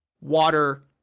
water